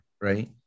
right